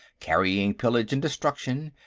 carrying pillage and destruction,